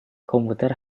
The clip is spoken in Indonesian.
komputer